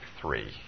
three